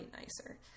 nicer